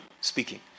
Speaking